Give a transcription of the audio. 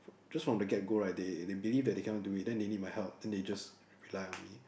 just from the get go right they they believe that they cannot do it then they need my help then they just rely on me